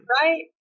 right